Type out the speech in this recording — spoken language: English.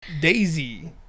daisy